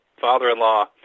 father-in-law